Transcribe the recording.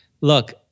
look